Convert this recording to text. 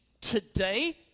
today